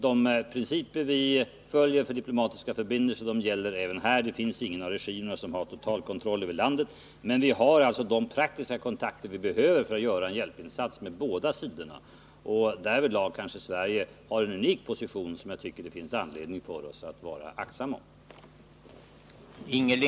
De principer vi följer för diplomatiska förbindelser gäller även här. Det finns ingen regim som har totalkontroll över landet, men vi har alltså de praktiska kontakter vi behöver för att kunna göra en hjälpinsats med båda sidorna. Därvidlag kanske Sverige har en unik position, som jag tycker det finns anledning för oss att vara aktsamma om.